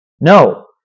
no